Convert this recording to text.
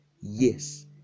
Yes